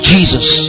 Jesus